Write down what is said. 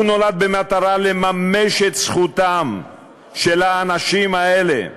הוא נולד במטרה לממש את זכותם של האנשים האלה,